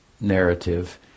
narrative